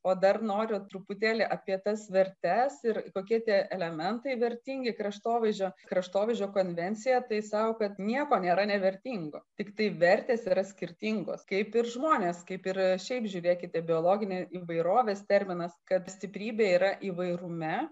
o dar noriu truputėlį apie tas vertes ir kokie tie elementai vertingi kraštovaizdžio kraštovaizdžio konvencija tai sako kad nieko nėra nevertingo tiktai vertės yra skirtingos kaip ir žmonės kaip ir šiaip žiūrėkite biologinė įvairovės terminas kad stiprybė yra įvairume